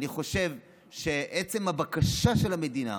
ואני חושב שעצם הבקשה של המדינה,